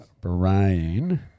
brain